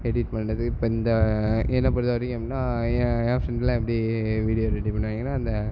edit பண்ணுறது இப்போ இந்த என்னை பொறுத்த வரைக்கும் எப்புடின்னா என் என் ஃப்ரெண்டுலாம் எப்படி வீடியோ ரெடி பண்ணுவாய்ங்கன்னா இந்த